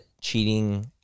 cheating